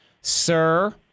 Sir